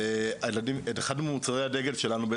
את אחת ממוצרי הדגל שלנו,